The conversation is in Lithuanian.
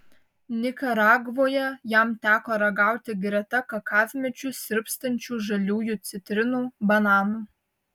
nikaragvoje jam teko ragauti greta kakavmedžių sirpstančių žaliųjų citrinų bananų